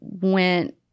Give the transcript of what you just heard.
went